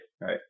right